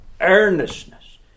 earnestness